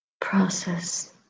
process